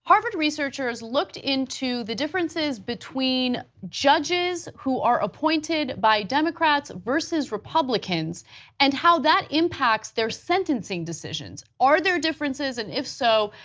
harvard researchers looked into the differences between judges who are appointed by democrats versus republicans and how that impacts their sentencing decisions. are there differences and if so,